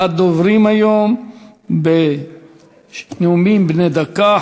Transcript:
הדוברים היום בנאומים בני דקה,